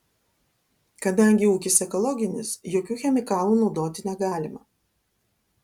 kadangi ūkis ekologinis jokių chemikalų naudoti negalima